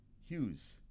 Hughes